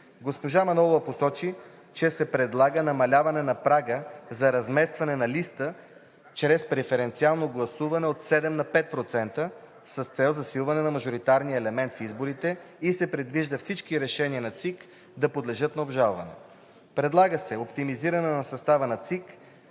Госпожа Манолова посочи, че се предлага намаляване на прага за разместване на листата чрез преференциално гласуване от 7% на 5% с цел засилване на мажоритарния елемент в изборите и се предвижда всички решения на ЦИК да подлежат на обжалване. Предлага се оптимизиране на състава на ЦИК,